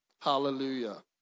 Hallelujah